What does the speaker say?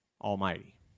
Almighty